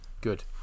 Good